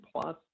plus